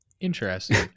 Interesting